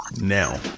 now